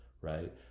right